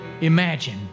imagine